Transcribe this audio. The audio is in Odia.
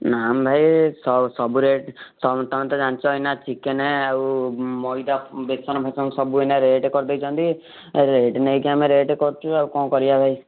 ନା ଭାଇ ସବୁ ରେଟ୍ ତମେ ତ ଜାଣିଚ ଏଇନା ଚିକେନ୍ ଆଉ ମଇଦା ବେସନଫେସନ ସବୁ ଏଇନା ରେଟ୍ କରିଦେଇଛନ୍ତି ରେଟ୍ ନେଇକି ଆମେ ରେଟ୍ କରୁଛୁ ଆଉ କଣ କରିବା ଭାଇ